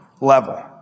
level